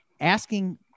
asking